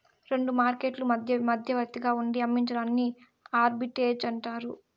రెండు మార్కెట్లు మధ్య మధ్యవర్తిగా ఉండి అమ్మించడాన్ని ఆర్బిట్రేజ్ అంటారు